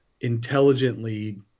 intelligently